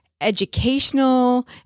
educational